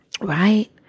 Right